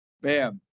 Bam